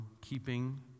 keeping